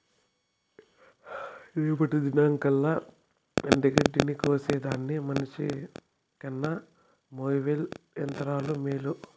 రేపటి దినంకల్లా ఎండగడ్డిని కోసేదానికి మనిసికన్న మోవెర్ యంత్రం మేలు